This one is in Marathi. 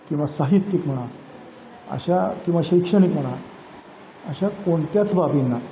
किंवा साहित्यिक म्हणा अशा किंवा शैक्षणिक म्हणा अशा कोणत्याच बाबींना